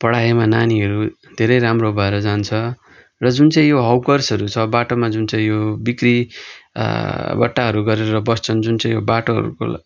पढाएमा नानीहरू धेरै राम्रो भएर जान्छ र जुन चाहिँ यो हकर्सहरू छ बाटोमा यो जुन चाहिँ बिक्री बट्टाहरू गरेर बस्छन् जुन चाहिँ यो बाटोहरूको